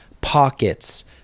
pockets